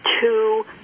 two